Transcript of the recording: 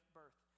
birth